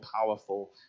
powerful